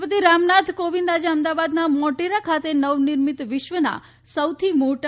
રાષ્ટ્રપતિ કોવિંદ આજે અમદાવાદના મોટેરા ખાતે નવનિર્મિત વિશ્વના સૌથી મોટા